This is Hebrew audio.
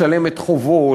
לשלם את חובו,